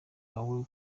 wawe